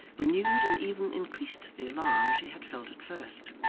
renewed and even increased the alarm she had felt at first.